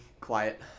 Quiet